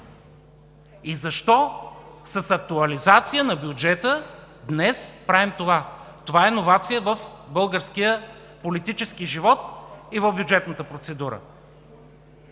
И защо с актуализация на бюджета днес правим това? Това е иновация в българския политически живот и в бюджетната процедура.